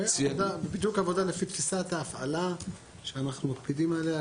זה בדיוק עבודה לפי תפיסת ההפעלה שאנחנו מקפידים עליה.